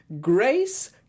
grace